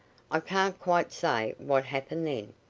i can't quite say what happened then,